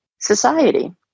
society